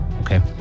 Okay